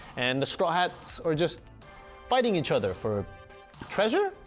and the straw hats are just fighting each other for treasure?